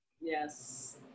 Yes